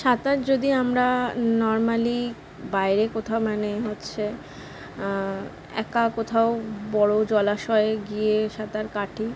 সাঁতার যদি আমরা নরমালি বাইরে কোথাও মানে হচ্ছে একা কোথাও বড়ো জলাশয়ে গিয়ে সাঁতার কাটি